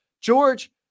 George